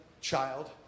child